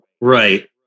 Right